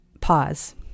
pause